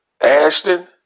Ashton